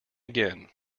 again